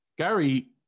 Gary